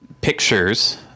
pictures